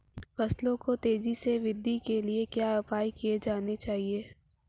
फसलों की तेज़ी से वृद्धि के लिए क्या उपाय किए जाने चाहिए?